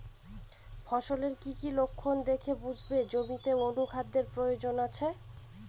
ফসলের কি কি লক্ষণ দেখে বুঝব জমিতে অনুখাদ্যের প্রয়োজন আছে?